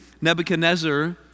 Nebuchadnezzar